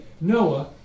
Noah